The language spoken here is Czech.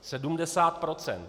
Sedmdesát procent.